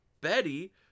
Betty